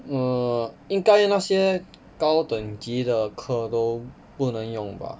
err 应该那些高等级的课都不能用吧